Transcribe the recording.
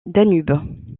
danube